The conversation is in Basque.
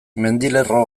mendilerro